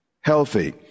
healthy